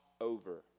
over